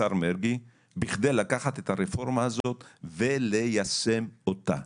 השר מרגי, בכדי לקחת את הרפורמה הזאת וליישם אותה.